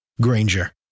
Granger